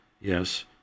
yes